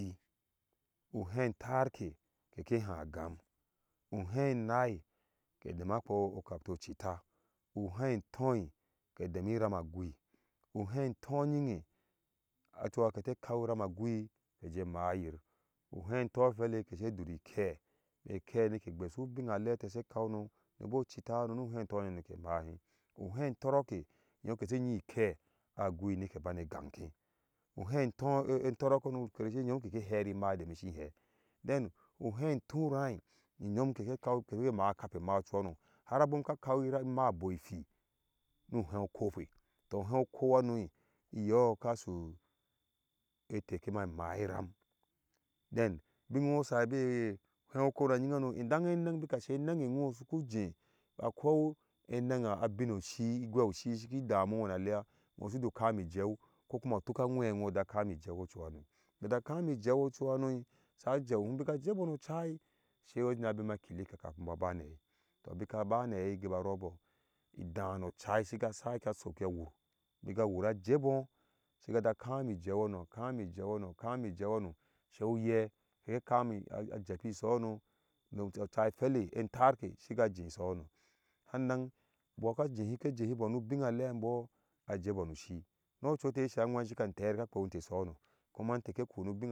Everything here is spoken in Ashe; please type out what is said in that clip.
Uhei tarkɛ kɛkɛ haagam uhei naai kɛ demɛ ikpɔɔh kaptu ɔcita uheintoi kɛ demi ram agui uheinfonyinge a ɔchuhaa kɛtɛ kawi ram agui kɛjɛ maayir uhei ntɔphɛlɛ kɛsɛ duri kɛɛ jɛ kɛɛ ŋike gbeshubi nalɛa tɛɛ kɛsɛ kau noh nibo cita hano nu heintɔɔhano nikɛ maahe uhein tɔrɔkɛ ŋyom kɛsɛ nyitir ikɛɛ a gui nikɛ bane gangkɛ uhein tɔɔ ɛ tɔrɔk hanokarshe ŋyom kɛkɛ her immaa yadda mɛ shi hɛ de uheinfuraah iŋyom kɛkɛkau kɛ maah kape immaa ɔchuha har abom ka ka kawi ram immaa abɔi phie nu uhei ukɔɔkpe to uhei ukɔɔuhano iyɔɔh ka sɔ ɛtɛkima maa iram den ubinne usai bɛɛ uhei nibɔ ŋying hano idan ɛnang bika shie ɛnange hɔɔ suku jhe ikoi enang a bino shi gwei ushii shiki dami ho na iɛa suju kami ijeu kokuma utuk a nwɛhoɔja kami ijɛu ɔchuhano bija kami ijɛu ɔchuhano sa jɛu hum bika jɛbɔɔ no chai sai na bema kilikɛ kamin mbɔɔh bana hai tɔh bika bana hai giba rɔbɔɔh idaah no chai shiga saike sok aa wuur bika wuur a jhebɔɔ shiga ja kami jɛu hano kami jɛu hano kami jɛu hano shei nyɛ ekami ajepi shohono sannan mbɔɔ ka jɛhɛ kɛ jehi mbɔɔ nu bina lɛa mbɔɔh a jhɛbɔɔ nu shi no ɔchui tɛ sho nwɛɛ sha cika antɛɛ tɛɛka kpɛwinte isho hono.